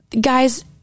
guys